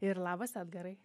ir labas edgarai